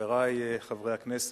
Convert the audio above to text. חברי חברי הכנסת,